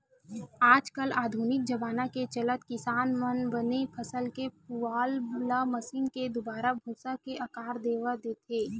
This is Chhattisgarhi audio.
आज कल आधुनिक जबाना के चलत किसान मन बने फसल के पुवाल ल मसीन के दुवारा भूसा के आकार देवा देथे